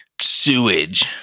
sewage